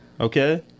okay